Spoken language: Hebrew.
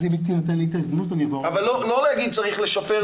אז אם תינתן לי ההזדמנות אני --- אבל לא להגיד צריך לשפר,